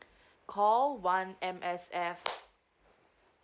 call one M_S_F